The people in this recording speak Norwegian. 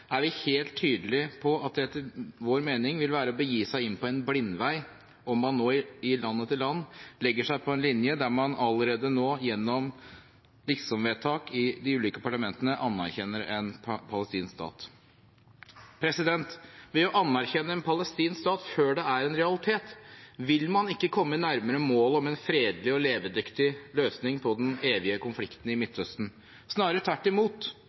er vi helt tydelige på at det etter vår mening vil være å begi seg inn på en blindvei om man i land etter land legger seg på en linje der man allerede nå gjennom liksomvedtak i de ulike parlamentene anerkjenner en palestinsk stat. Ved å anerkjenne en palestinsk stat før det er en realitet, vil man ikke komme nærmere målet om en fredelig og levedyktig løsning på den evige konflikten i Midtøsten. Snarere tvert imot